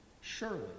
Surely